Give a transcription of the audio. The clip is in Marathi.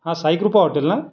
हां साईकृपा हॉटेल ना